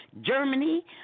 Germany